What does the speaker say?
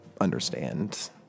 understand